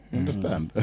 understand